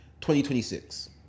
2026